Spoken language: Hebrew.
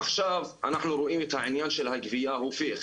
עכשיו אנחנו רואים את העניין של הגבייה הופך